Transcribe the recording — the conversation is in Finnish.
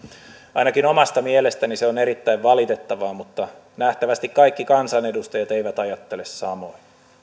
ainakin omasta mielestäni se on erittäin valitettavaa mutta nähtävästi kaikki kansanedustajat eivät ajattele samoin